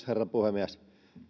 herra puhemies